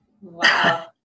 Wow